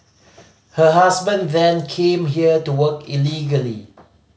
her husband then came here to work illegally